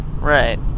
right